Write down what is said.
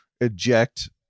eject